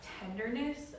tenderness